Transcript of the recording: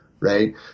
right